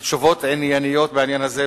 לתשובות ענייניות בעניין הזה,